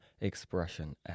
Expression